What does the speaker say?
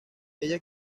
ella